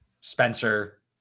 Spencer